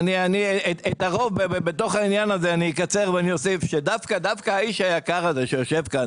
אני אקצר ואני אוסיף שדווקא האיש היקר הזה שיושב כאן